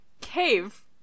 cave